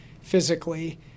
physically